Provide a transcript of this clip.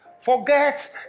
Forget